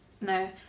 no